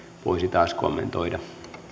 voisi taas kommentoida